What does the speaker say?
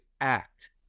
act